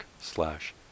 slash